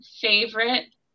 favorite